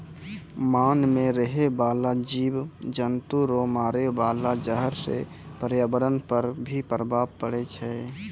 मान मे रहै बाला जिव जन्तु रो मारे वाला जहर से प्रर्यावरण पर भी प्रभाव पड़ै छै